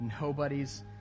Nobody's